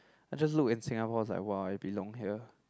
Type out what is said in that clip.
I just look in Singapore it's like !wah! I belong here